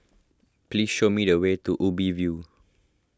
please show me the way to Ubi View